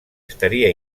estaria